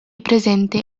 presente